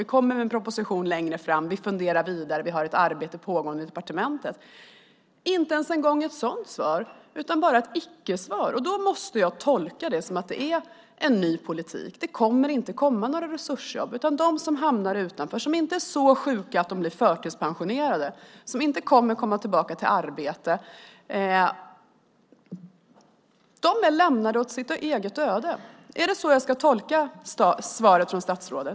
Vi kommer med en proposition längre fram. Vi funderar vidare. Vi har ett arbete pågående i departementet. Inte ens ett sådant svar blev det, utan bara ett icke-svar. Då måste jag tolka det som att det är en ny politik. Det kommer inte att komma några resursjobb, utan de som hamnar utanför, som inte är så sjuka att de blir förtidspensionerade men som inte kommer att komma tillbaka till arbetet, lämnas åt sitt öde. Är det så jag ska tolka svaret från statsrådet?